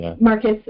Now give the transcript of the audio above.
marcus